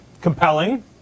compelling